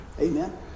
Amen